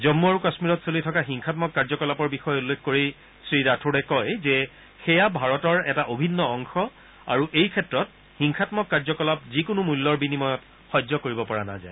জম্ম আৰু কাম্মীৰত চলি থকা হিংসামক কাৰ্য্যকলাপৰ বিষয়ে উল্লেখ কৰি শ্ৰীৰাথোডে কয় যে সেয়া ভাৰতৰ এটা অভিন্ন অংশ আৰু এই ক্ষেত্ৰত হিংসাম্মক কাৰ্য্যকলাপ যিকোনো মূল্যৰ বিনিময়ত সহ্য কৰিব পৰা নাযায়